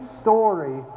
story